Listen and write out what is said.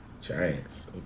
Giants